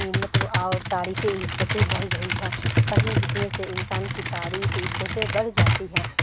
مطلب اور تعریفیں عزتیں بڑھ گئی ہے پڑھنے لکھنے سے انسان کی تعریف عزتیں بڑھ جاتی ہیں